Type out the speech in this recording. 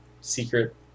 secret